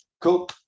Cool